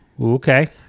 Okay